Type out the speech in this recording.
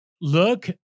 look